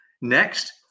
next